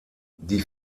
die